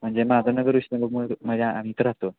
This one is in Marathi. म्हणजे माधवनगर माझ्या इथं राहतो